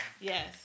Yes